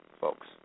folks